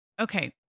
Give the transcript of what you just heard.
Okay